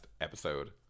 episode